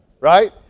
Right